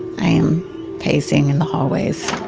i am pacing in the hallways